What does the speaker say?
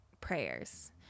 prayers